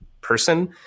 person